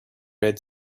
red